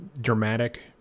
dramatic